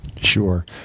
Sure